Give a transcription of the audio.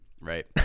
right